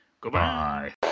Goodbye